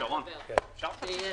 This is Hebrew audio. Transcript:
הישיבה ננעלה בשעה 11:50.